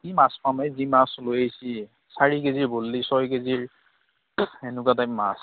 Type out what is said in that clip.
কি মাছ পামহে যি মাছ লৈ আহিছে চাৰি কেজি বল্লি ছয় কেজিৰ সেনেকুৱা টাইপ মাছ